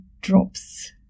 drops